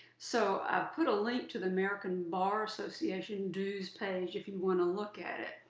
so i put a link to the american bar association dues page if you want to look at it.